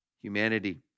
humanity